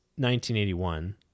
1981